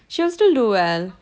she will still do well